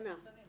שנה.